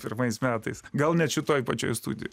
pirmais metais gal net šitoj pačioj studijoj